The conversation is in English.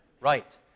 Right